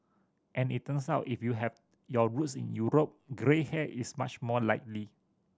and it turns out if you have your roots in Europe grey hair is much more likely